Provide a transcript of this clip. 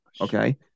okay